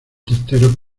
testeros